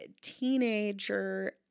teenager